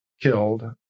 killed